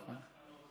נכון.